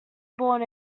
born